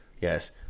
Yes